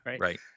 right